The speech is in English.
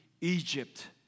Egypt